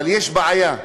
אבל יש בעיה.